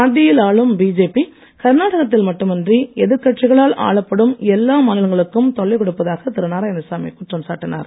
மத்தியில் ஆளும் பிஜேபி கர்நாடகத்தில் மட்டுமின்றி எதிர்க்கட்சிகளால் ஆளப்படும் எல்லா மாநிலங்களுக்கும் தொல்லை கொடுப்பதாக திரு நாராயணசாமி குற்றம் சாட்டினார்